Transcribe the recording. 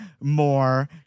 more